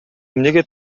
эмнеге